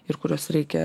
ir kuriuos reikia